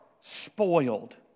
spoiled